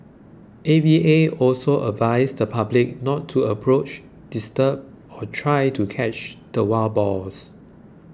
A V A also advised the public not to approach disturb or try to catch the wild boars